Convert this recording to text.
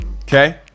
Okay